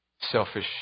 selfish